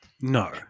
No